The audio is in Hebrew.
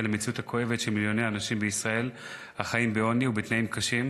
למציאות הכואבת של מיליוני אנשים בישראל שחיים בעוני ובתנאים קשים,